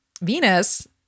Venus